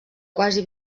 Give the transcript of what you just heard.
quasi